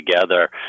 together